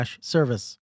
service